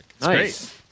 Nice